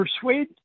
persuade